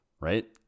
Right